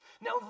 Now